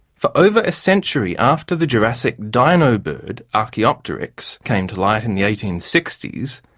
for over a century after the jurassic dino-bird archaeopteryx came to light in the eighteen sixty s,